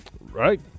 Right